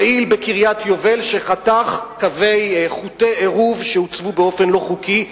פעיל בקריית-היובל שחתך חוטי עירוב שהוצבו באופן לא חוקי,